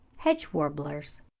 hedge-warblers.